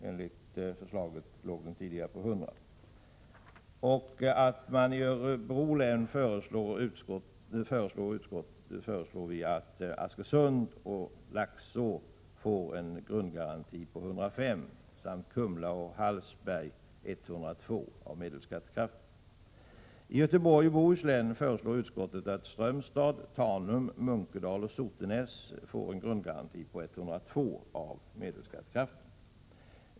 Enligt förslaget i budgetpropositionen skulle grundgarantin där vara 100 960. När det gäller Örebro län föreslår utskottet att Askersund och Laxå får en grundgaranti på 105 96 och Kumla och Hallsberg en grundgaranti på 102 96. I fråga om Göteborgs och Bohus län föreslår utskottet att Strömstad, Tanum, Munkedal och Sotenäs får en grundgaranti på 102 96 av medelskattekraften.